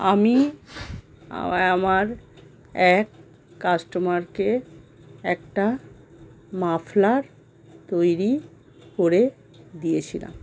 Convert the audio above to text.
আমি আমার এক কাস্টমারকে একটা মাফলার তৈরি করে দিয়েছিলাম